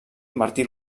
martí